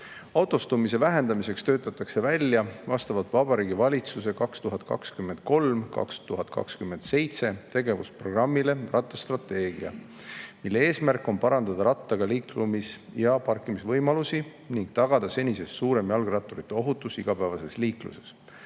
Autostumise vähendamiseks töötatakse välja vastavalt Vabariigi Valitsuse 2023–2027 tegevusprogrammile rattastrateegia, mille eesmärk on parandada rattaga liikumise ja selle parkimise võimalusi ning tagada senisest suurem jalgratturite ohutus igapäevases liikluses.